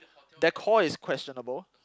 deco is questionable